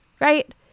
Right